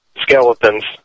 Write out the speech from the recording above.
skeletons